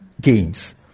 Games